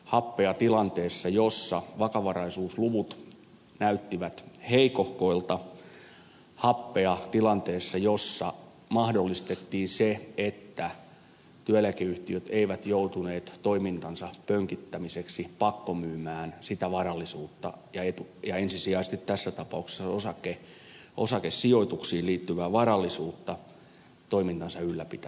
happea tilanteessa jossa vakavaraisuusluvut näyttivät heikohkoilta happea tilanteessa jossa mahdollistettiin se että työeläkeyhtiöt eivät joutuneet toimintansa pönkittämiseksi pakkomyymään varallisuutta ja ensisijaisesti tässä tapauksessa osakesijoituksiin liittyvää varallisuutta toimintansa ylläpitämiseksi